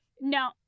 No